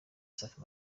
safi